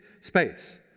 space